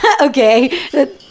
okay